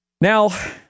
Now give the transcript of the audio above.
Now